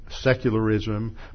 secularism